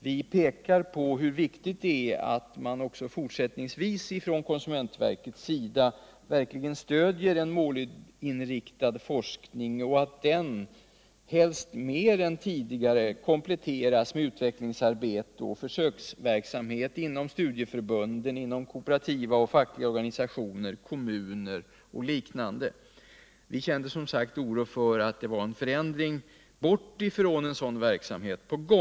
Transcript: Vi pekar på hur viktigt det är att konsumentverket också fortsättningsvis stöder en målinriktad forskning och att den helst mer än tidigare kompletteras med utvecklingsarbete och försöksverksamhet som bedrivs av studic förbunden, kooperativa och fackliga organisationer, kommuner m.fl. Vi kände som sagt en oro för att det var fråga om en förändring bort från en sådan verksamhet.